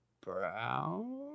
Brown